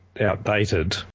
outdated